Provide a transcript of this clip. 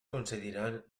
concediran